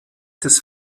des